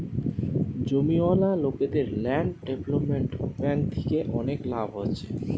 জমিওয়ালা লোকদের land development bank থিকে অনেক লাভ হচ্ছে